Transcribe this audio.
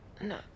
No